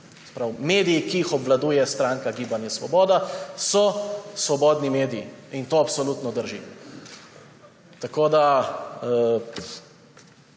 pravi mediji, ki jih obvladuje stranka Gibanje Svoboda so svobodni mediji, in to absolutno drži. Ta zakon